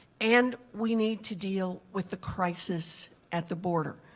and we need to deal with the crisis at the border,